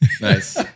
Nice